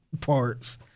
parts